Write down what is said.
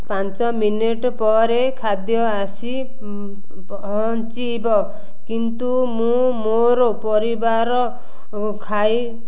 ପାଞ୍ଚ ମିନିଟ ପରେ ଖାଦ୍ୟ ଆସି ପହଞ୍ଚିବ କିନ୍ତୁ ମୁଁ ମୋର ପରିବାର ଖାଇ